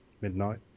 midnight